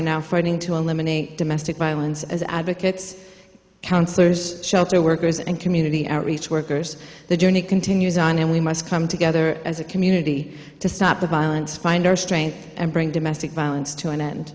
now fighting to eliminate domestic violence as advocates counselors shelter workers and community outreach workers the journey continues on how we must come together as a community to stop the violence find our strength bring domestic violence to an end